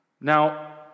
Now